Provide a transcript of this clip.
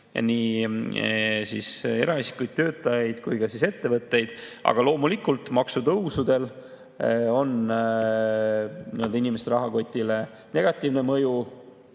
nii eraisikuid, töötajaid kui ka ettevõtteid. Aga loomulikult on maksutõusudel inimeste rahakotile negatiivne mõju.